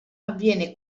avviene